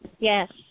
Yes